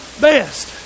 best